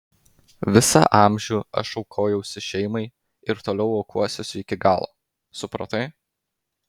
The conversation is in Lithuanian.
visą amžių aš aukojausi šeimai ir toliau aukosiuosi iki galo supratai